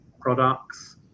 products